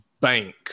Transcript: bank